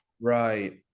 Right